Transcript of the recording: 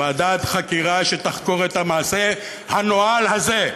ועדת חקירה שתחקור את המעשה הנואל הזה,